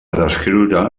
descriure